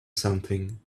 something